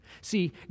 See